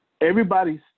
everybody's